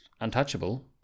untouchable